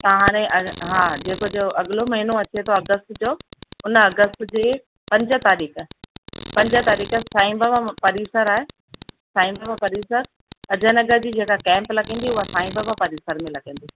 त हाणे हा जेको जो अॻिलो महिनो अचे थो अगस्त जो उन अगस्त जे पंज तारीख़ पंज तारीख़ साईं बाबा परिसर आहे साईं बाबा परिसर अजय नगर जी जेका कैम्प लॻंदी उहा साईं बाबा परिसर में लॻंदी